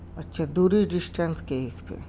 اچھا دوری ڈسٹینس کے اس پہ